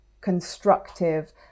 constructive